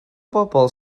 bobl